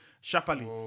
sharply